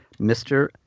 Mr